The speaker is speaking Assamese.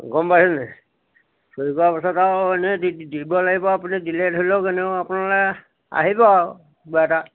গম পাইছিলে চহি কৰাৰ পাছত আৰু এনেই দি দিব লাগিব আপুনি দিলে ধৰি লওক এনেও আপোনালৈ আহিব আৰু কিবা এটা